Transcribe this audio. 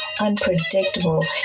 unpredictable